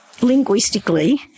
linguistically